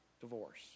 Divorce